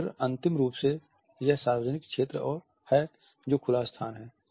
और फिर अंतिम रूप से यह सार्वजनिक क्षेत्र है जो खुला स्थान है